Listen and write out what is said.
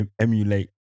emulate